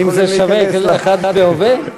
האם זה שווה אחד בהווה,